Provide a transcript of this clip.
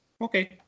okay